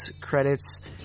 credits